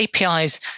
apis